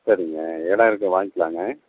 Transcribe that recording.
சரிங்க இடம் இருக்குது வாங்கிக்கலாங்க